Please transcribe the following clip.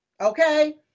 Okay